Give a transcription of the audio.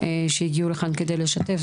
שהגיעו לכאן כדי לשתף.